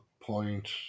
point